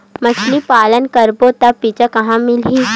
मछरी पालन करबो त बीज कहां मिलही?